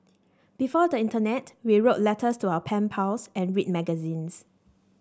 before the internet we wrote letters to our pen pals and read magazines